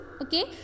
Okay